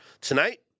Tonight